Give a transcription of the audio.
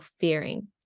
fearing